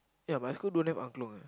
ya my school don't have angklung eh